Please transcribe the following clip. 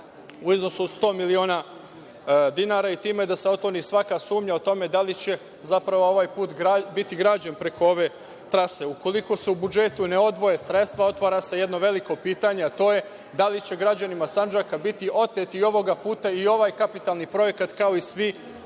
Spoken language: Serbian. u iznosu od 100 miliona dinara, i time da se otkloni svaka sumnja o tome da li će zapravo ovaj put biti građen preko ove trase. Ukoliko se u budžetu ne odvoje sredstva, otvara se jedno veliko pitanje, a to je, da li će građanina Sandžaka biti oteti i ovoga puta i ovaj kapitalni projekat, kao i svi